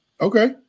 Okay